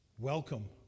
Welcome